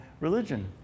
religion